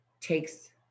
takes